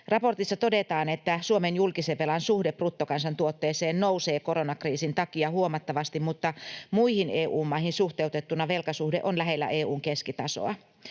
Raportissa todetaan, että Suomen julkisen velan suhde bruttokansantuotteeseen nousee koronakriisin takia huomattavasti mutta muihin EU-maihin suhteutettuna velkasuhde on lähellä EU:n keskitasoa.